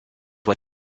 what